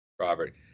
Robert